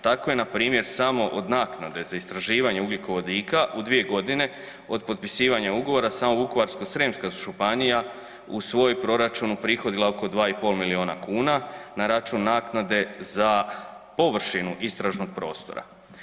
Tako je, npr. samo od naknade za istraživanje ugljikovodika u 2 godine od potpisivanja ugovora, samo Vukovarsko-srijemska županija u svoj proračun uprihodila oko 2,5 milijuna kuna na račun naknade za površinu istražnog prostora.